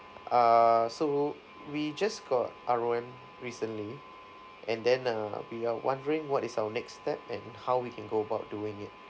err so we just got R_O_M recently and then uh we are wondering what is our next step and how we can go about doing it